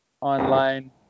online